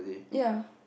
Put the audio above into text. ya